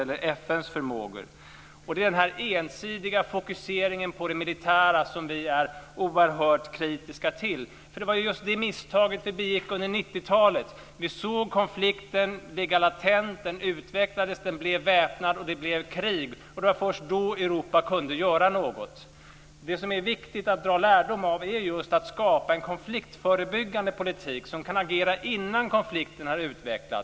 Vi är oerhört kritiska mot denna ensidiga fokusering på det militära. Det var just det misstaget som vi begick under 90-talet. Vi såg konflikten ligga latent. Den utvecklades, den blev väpnad, och det blev krig. Det var först då som Europa kunde göra något. Den viktiga lärdom som kan dras av detta är att det måste skapas en konfliktförebyggande politik, som kan sättas in innan konflikten har utvecklas.